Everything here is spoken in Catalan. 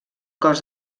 cos